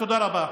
תודה רבה.